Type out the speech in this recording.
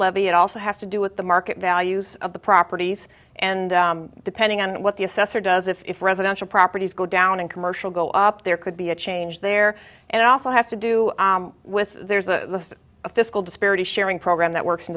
levy it also has to do with the market values of the properties and depending on what the assessor does if residential properties go down and commercial go up there could be a change there and it also has to do with there's a fiscal disparity sharing program that works in